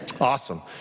Awesome